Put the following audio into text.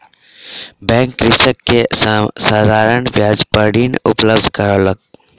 bank कृषक के साधारण ब्याज पर ऋण उपलब्ध करौलक